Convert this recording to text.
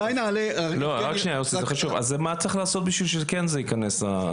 אז מה צריך לעשות בשביל שכן זה ייכנס?